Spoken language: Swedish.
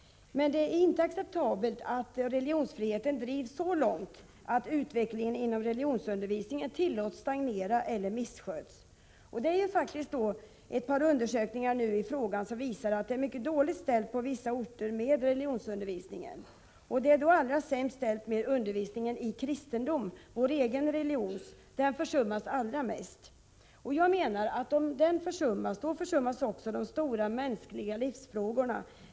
Men det är inte acceptabelt att religionsfriheten drivs så långt att religionsundervisningen tillåts stagnera eller missköts. Ett par undersökningar i frågan visar faktiskt att det på vissa orter är mycket dåligt ställt med religionsundervisningen, och det är då allra sämst ställt med undervisningen i kristendom; vår egen religion försummas mest. Jag menar att om den försummas, då försummas också de stora mänskliga livsfrågorna.